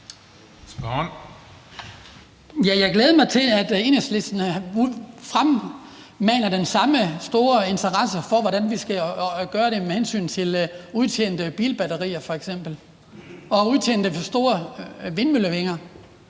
jeg glæder mig til, at Enhedslisten fremmaner den samme store interesse for, hvordan vi skal gøre det med hensyn til f.eks. udtjente bilbatterier og udtjente store vindmøllevinger.